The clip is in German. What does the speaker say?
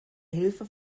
hilfe